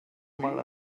mal